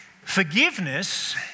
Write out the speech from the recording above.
Forgiveness